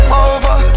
over